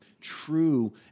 true